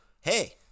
hey